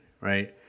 Right